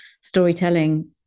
storytelling